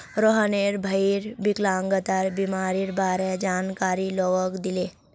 रोहनेर भईर विकलांगता बीमारीर बारे जानकारी लोगक दीले